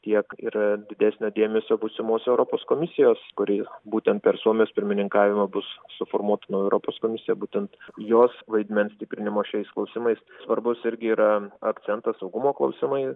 tiek ir didesnio dėmesio būsimos europos komisijos kuri būtent per suomijos pirmininkavimą bus suformuoti nauja europos komisija būtent jos vaidmens stiprinimo šiais klausimais svarbus irgi yra akcentas saugumo klausimai